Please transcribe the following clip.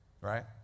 right